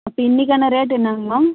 அப்போ இன்றைக்கான ரேட் என்னங்கம்மா